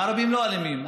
הערבים לא אלימים,